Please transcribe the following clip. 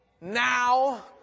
now